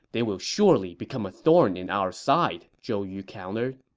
they will surely become a thorn in our side, zhou yu countered